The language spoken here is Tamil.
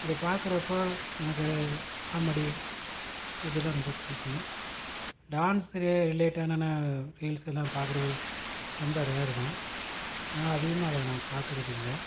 அப்படி பார்க்குறப்போ எனக்கு காமெடி இதெலாம் ரொம்ப பிடிக்கும் டான்ஸ் ரி ரிலேட்டடான ரீல்ஸ்ஸுலாம் பார்க்குறது ரொம்ப ரேரு தான் நான் அதிகமாக அதை நான் பார்க்குறது இல்லை